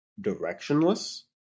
directionless